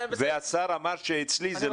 והשר אמר: אצלי זה לא יהיה.